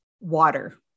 water